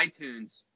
iTunes